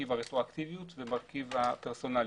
מרכיב הרטרואקטיביות ומרכיב הפרסונליות.